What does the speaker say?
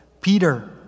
Peter